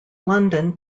london